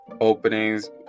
openings